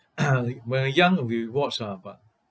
when we're young we watch ah but